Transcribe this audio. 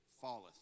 falleth